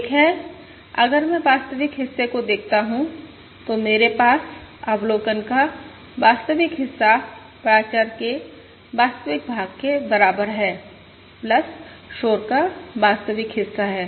एक है अगर मैं वास्तविक हिस्से को देखता हूं तो मेरे पास अवलोकन का वास्तविक हिस्सा प्राचर के वास्तविक भाग के बराबर है शोर का वास्तविक हिस्सा है